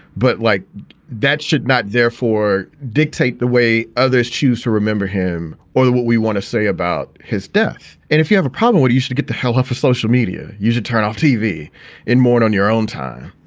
but like that should not therefore dictate the way others choose to remember him or what we want to say about his death. and if you have a problem, what you you should get the hell up for social media. you should turn off tv and mourn on your own time.